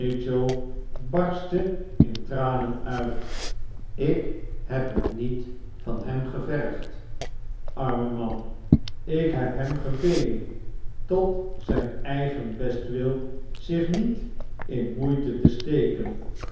barstte in tranen uit ik heb het niet van hem gevergd arme man ik heb hem gebeden tot zijn eigen bestwil zich niet in moeite te steken